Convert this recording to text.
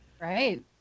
Right